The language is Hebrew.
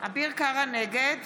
נגד